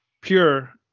pure